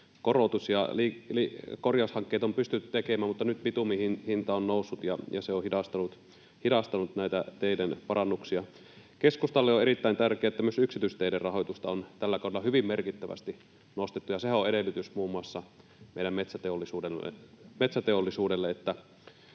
korotus eli korjaushankkeet on pystytty tekemään, mutta nyt bitumin hinta on noussut, ja se on hidastanut näitä teiden parannuksia. Keskustalle on erittäin tärkeää, että myös yksityisteiden rahoitusta on tällä kaudella hyvin merkittävästi nostettu, ja sehän on edellytys muun muassa meidän metsäteollisuudelle,